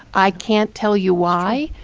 i can't tell you why.